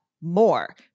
more